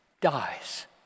dies